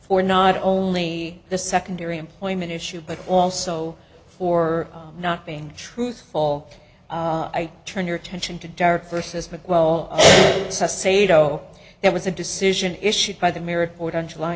for not only the secondary employment issue but also for not being truthful i turn your attention to dark versus mc well sado there was a decision issued by the